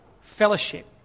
fellowship